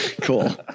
Cool